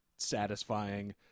satisfying